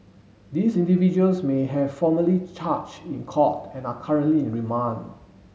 these individuals may have formally charge in court and are currently in remand